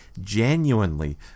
genuinely